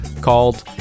called